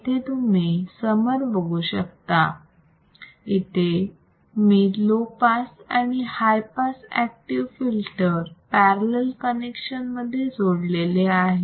इथे तुम्ही समर बघू शकता इथे मी लो पास आणि high pass active filter parallel connection मध्ये जोडलेले आहेत